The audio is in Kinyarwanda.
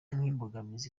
nk’imbogamizi